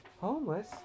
Homeless